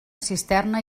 cisterna